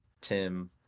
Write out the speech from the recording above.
Tim